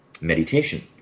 meditation